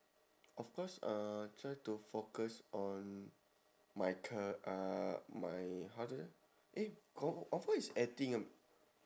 of course uh try to focus on my c~ uh my how to eh con~ confirm is acting ah